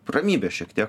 ramybės šiek tiek